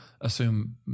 assume